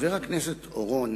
חבר הכנסת אורון,